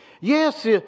Yes